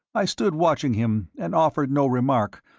i stood watching him and offered no remark,